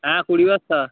হ্যাঁ কুড়ি বস্তা